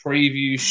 Preview